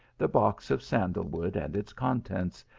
the box of sandal wood and its contents,